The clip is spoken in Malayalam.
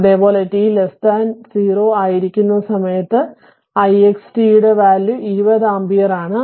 അതെ പോലെ t0 ആയിരിക്കുന്ന സമയത്തു ixt ടെ വാല്യൂ 20A ആണ്